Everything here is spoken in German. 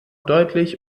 deutlich